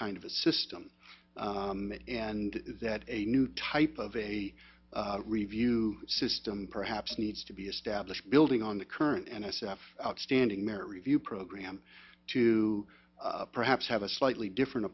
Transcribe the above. kind of a system and that a new type of a review system perhaps needs to be established building on the current n s f outstanding merit review program to perhaps have a slightly different